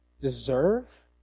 deserve